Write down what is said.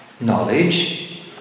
knowledge